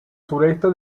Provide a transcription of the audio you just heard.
sureste